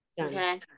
Okay